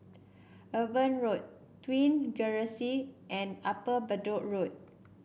Eber Road Twin Regency and Upper Bedok Road